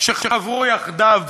שחברו יחדיו